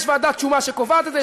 יש ועדת שומה שקובעת את זה,